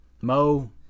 Mo